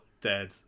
dead